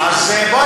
אז למה,